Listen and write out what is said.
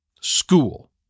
School